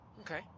Okay